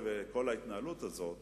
אתה יודע שאני עמדתי ופרגנתי לשר החוץ,